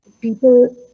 people